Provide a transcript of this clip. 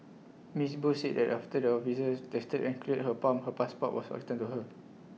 miss Bose said that after the officers tested and cleared her pump her passport was returned to her